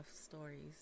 stories